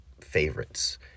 favorites